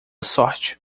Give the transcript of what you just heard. sorte